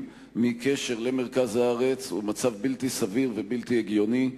מקשר למרכז הארץ הוא מצב בלתי סביר ובלתי הגיוני.